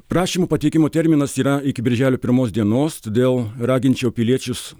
prašymų pateikimo terminas yra iki birželio pirmos dienos todėl raginčiau piliečius